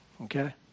Okay